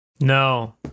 No